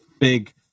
big